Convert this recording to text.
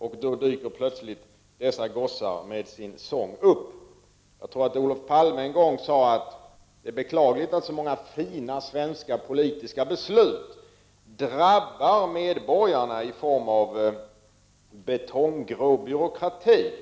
Men då dyker plötsligt dessa gossar upp med sin sång. Jag tror att Olof Palme en gång sade att det är beklagligt att så många fina svenska politiska beslut drabbar medborgarna i form av betonggrå byråkrati.